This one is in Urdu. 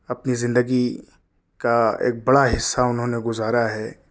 اپنی زندگی کا ایک بڑا حصہ انہوں نے گزارا ہے